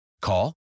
Call